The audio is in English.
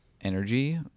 energy